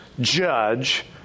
judge